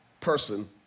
Person